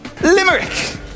limerick